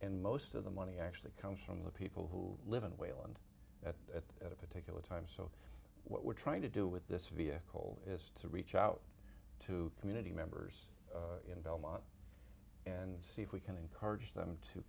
and most of the money actually comes from the people who live in wayland at a particular time so what we're trying to do with this vehicle is to reach out to community members in belmont and see if we can encourage them to